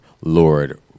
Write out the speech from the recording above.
Lord